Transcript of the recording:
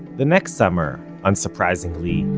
the next summer, unsurprisingly,